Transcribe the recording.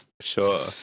Sure